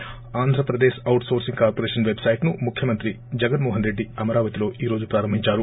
ి Andhra Pradesh outsourcing corporation పెట్సైట్ ను ముఖ్యమంత్రి జగన్మో హన్రెడ్డి అమరావతిలో ఈరోజు ప్రారంభించారు